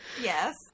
yes